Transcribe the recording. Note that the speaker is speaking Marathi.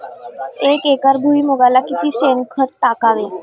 एक एकर भुईमुगाला किती शेणखत टाकावे?